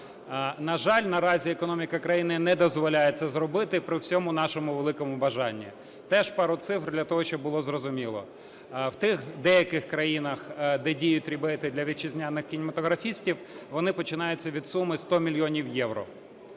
На жаль наразі економіка країни не дозволяє це зробити при всьому нашому великому бажанні. Теж пару цифр для того, щоб було зрозуміло. В тих деяких країнах, де діють рібейти для вітчизняних кінематографістів, вони починаються від суми 100 мільйонів євро.